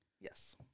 Yes